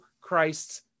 Christ's